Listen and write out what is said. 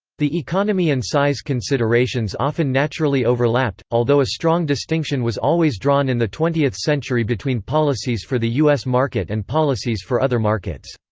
the economy and size considerations often naturally overlapped, although a strong distinction was always drawn in the twentieth century between policies for the u s. market and policies for other markets.